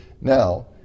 Now